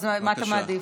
מה אתה מעדיף?